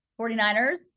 49ers